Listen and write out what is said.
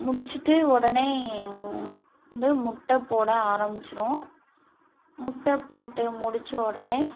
முடிச்சுட்டு உடனே வந்து முட்டைப்போட ஆரம்மிச்சிரும் முட்டை போட்டு முடித்த உடனே